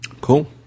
Cool